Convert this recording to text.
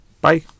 Bye